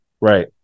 Right